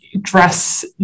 dress